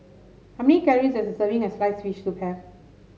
how many calories does a serving as sliced fish soup have